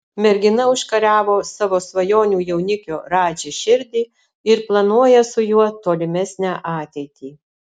mergina užkariavo savo svajonių jaunikio radži širdį ir planuoja su juo tolimesnę ateitį